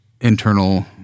internal